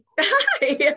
Hi